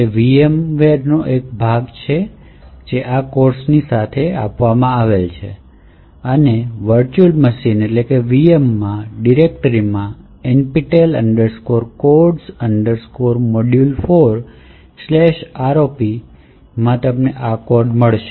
તે VM નો એક ભાગ છે જે આ કોર્સની સાથે આવે છે અને VM માં ડિરેક્ટરીમાં nptel codesmodule4ROP તમને આ આવશ્યક કોડ મળી શકશે